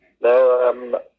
No